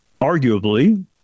arguably